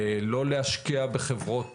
לא להשקיע בחברות